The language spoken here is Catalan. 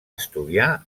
estudiar